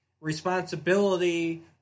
responsibility